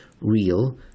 real